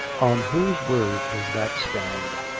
on whose word does that stand.